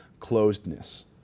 closedness